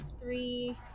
Three